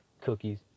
cookies